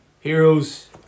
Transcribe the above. Heroes